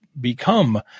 become